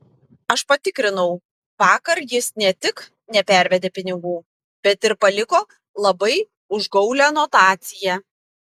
aš patikrinau vakar jis ne tik nepervedė pinigų bet ir paliko labai užgaulią notaciją